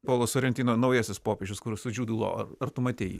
polas sorentino naujasis popiežius kur su diudu lo ar tu matei